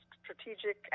strategic